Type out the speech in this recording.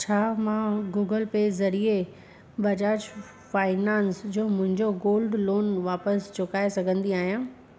छा मां Google Pay ज़रिए बजाज फाइनेंस जो मुंहिंजो गोल्ड लोन वापसि चुकाए सघंदी आहियां